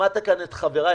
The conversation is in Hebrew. שמעת כאן את חבריי,